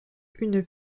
une